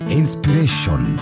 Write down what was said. inspiration